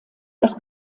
das